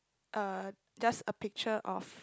uh just a picture of